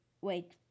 wait